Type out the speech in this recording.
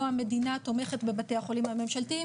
המדינה תומכת בבתי החולים הממשלתיים,